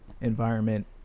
environment